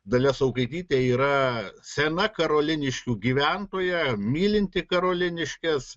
dalia saukaitytė yra sena karoliniškių gyventoja mylinti karoliniškes